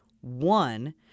One